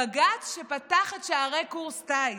הבג"ץ שפתח את שערי קורס טיס,